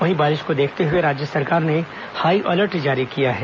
वहीं बारिश को देखते हुए राज्य सरकार ने हाईअलर्ट जारी किया है